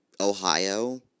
Ohio